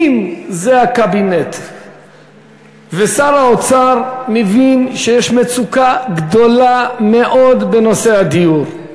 אם זה הקבינט ושר האוצר מבין שיש מצוקה גדולה מאוד בנושא הדיור,